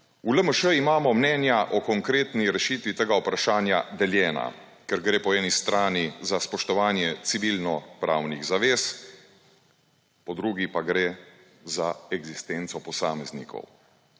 V LMŠ imamo mnenja o konkretni rešitvi tega vprašanja deljena, ker gre po eni strani za spoštovanje civilnopravnih zavez, po drugi pa gre za eksistenco posameznikov.